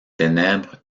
ténèbres